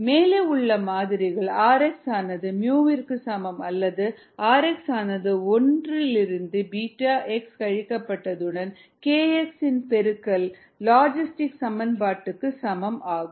மேலே உள்ள மாதிரிகள் rx ஆனது µx க்கு சமம் அல்லது rx ஆனது 1 ஒன்றிலிருந்து பீட்டா x கழிக்கப்பட்ட துடன் kx இன் பெருக்கல் லாஜிஸ்டிக் சமன்பாட்டிற்கு சமம் ஆகும்